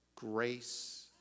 Grace